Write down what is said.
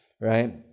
right